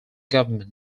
government